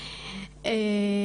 (באמצעות מצגת)